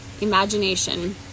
imagination